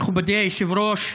מכובדי היושב-ראש.